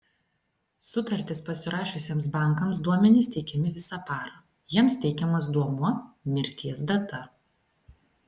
sutartis pasirašiusiems bankams duomenys teikiami visą parą jiems teikiamas duomuo mirties data